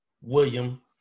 William